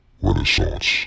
Renaissance